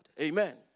Amen